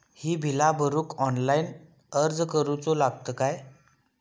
ही बीला भरूक ऑनलाइन अर्ज करूचो लागत काय?